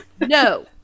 No